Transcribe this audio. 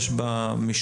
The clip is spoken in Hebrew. יש בה משום,